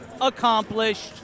Accomplished